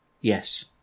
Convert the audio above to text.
Yes